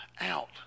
out